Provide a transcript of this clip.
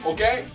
Okay